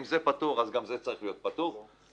אם זה פטור, אז גם זה צריך להיות פטור, להיפך.